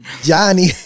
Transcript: Johnny